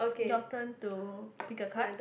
your turn to pick a card